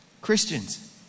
Christians